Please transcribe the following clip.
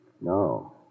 No